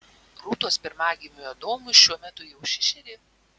rūtos pirmagimiui adomui šiuo metu jau šešeri